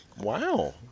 wow